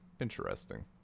Interesting